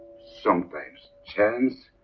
sometimes chance